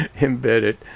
embedded